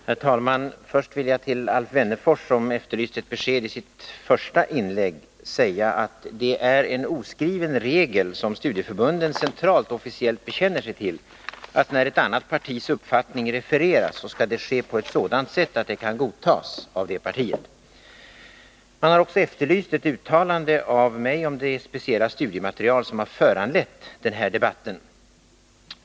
Herr talman! Först vill jag till Alf Wennerfors, som efterlyste ett besked i sitt första inlägg, säga att det är en oskriven regel som studieförbunden centralt officiellt bekänner sig till, att när ett annat partis uppfattning refereras skall det ske på ett sådant sätt att det kan godtas av det partiet. Det har också efterlysts ett uttalande av mig om det speciella studiematerial som föranlett denna debatt.